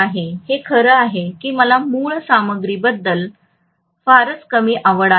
हे खरं आहे की मला मुळ सामग्रीबद्दल फारच कमी आवड आहे